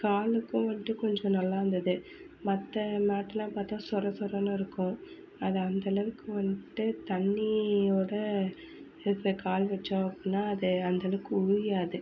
காலுக்கும் வந்துவிட்டு கொஞ்சம் நல்லாருந்தது மற்ற மேட்லாம் பார்த்தா சொர சொரன்னு இருக்கும் அது அந்தளவுக்கு வந்துவிட்டு தண்ணியோட இது கால் வச்சோம் அப்படின்னா அது அந்தளவுக்கு உரியாது